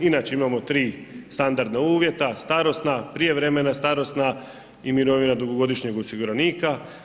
Inače imamo tri standardna uvjeta, starosna, prijevremena starosna i mirovina dugogodišnjeg osiguranika.